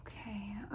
Okay